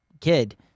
kid